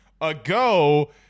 ago